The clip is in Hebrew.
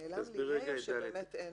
נעלם לי (ה) או באמת אין (ה)?